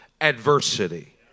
adversity